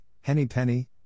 henny-penny